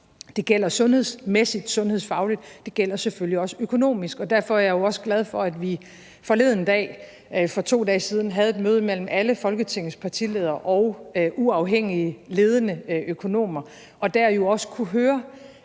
Det gælder sundhedsmæssigt, sundhedsfagligt, og det gælder selvfølgelig også økonomisk. Derfor er jeg jo også glad for, at vi forleden dag, for 2 dage siden, havde et møde mellem alle Folketingets partiledere og uafhængige ledende økonomer og dér jo også kunne høre